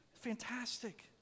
Fantastic